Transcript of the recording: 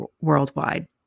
worldwide